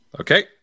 okay